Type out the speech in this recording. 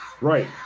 Right